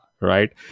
right